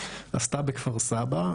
עשתה בכפר-סבא.